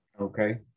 okay